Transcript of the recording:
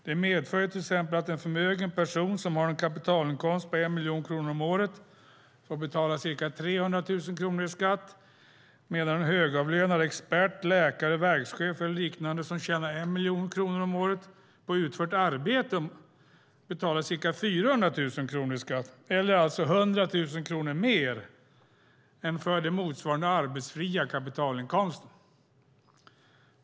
Det medför till exempel att en förmögen person som har en kapitalinkomst på 1 miljon kronor om året får betala ca 300 000 kronor i skatt, medan en högavlönad expert, läkare, verkschef eller liknande som tjänar 1 miljon kronor om året på utfört arbete betalar ca 400 000 kronor i skatt eller alltså 100 000 kronor mer än för den motsvarande arbetsfria kapitalinkomsten.